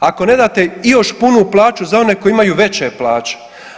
Ako ne date još punu plaću za one koji imaju veće plaće.